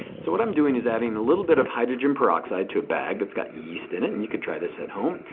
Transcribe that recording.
so what i'm doing is adding a little bit of hydrogen peroxide to a bag. it's got yeast in it. and you could try this at home.